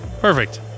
Perfect